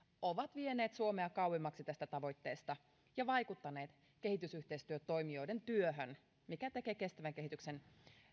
ovat vieneet suomea kauemmaksi tästä tavoitteesta ja vaikuttaneet kehitysyhteistyötoimijoiden työhön mikä tekee kestävän kehityksen